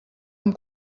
amb